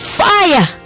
fire